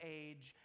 age